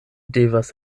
devas